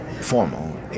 formal